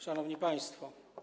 Szanowni Państwo!